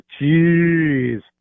Jeez